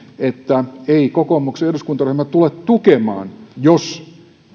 että ei kokoomuksen eduskuntaryhmä tule tukemaan jos